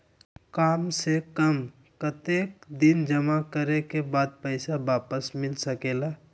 काम से कम कतेक दिन जमा करें के बाद पैसा वापस मिल सकेला?